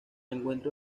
encuentra